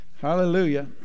Hallelujah